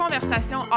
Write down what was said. Conversation